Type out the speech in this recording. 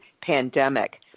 pandemic